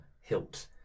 hilt